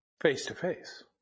Face-to-face